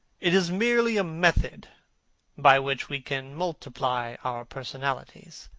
it is merely a method by which we can multiply our personalities.